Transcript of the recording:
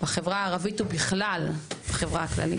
בחברה הערבית ובכלל, בחברה הכללית.